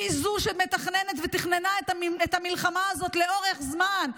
זו שמתכננת ותכננה את המלחמה הזאת לאורך זמן.